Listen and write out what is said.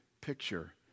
picture